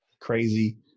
crazy